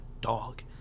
dog